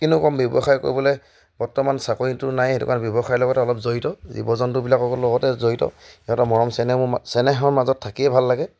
কিন্তু কম ব্যৱসায় কৰিবলৈ বৰ্তমান চাকৰিটো নাই সেইটো কাৰণে ব্যৱসায়ৰ লগতে অলপ জড়িত জীৱ জন্তুবিলাকৰ লগতে জড়িত সিহঁতৰ মৰম চেনেহ চেনেহৰ মাজত থাকিয়েই ভাল লাগে